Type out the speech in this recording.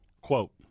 Quote